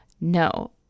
No